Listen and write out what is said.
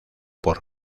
por